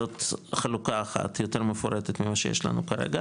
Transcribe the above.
זאת חלוקה אחת יותר מפורטת ממה שיש לנו כרגע